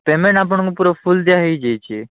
payment ଆପଣଙ୍କୁ ପୁରା full ଦିଆ ହେଇଯାଇଛି